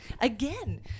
again